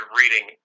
reading